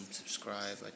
subscribe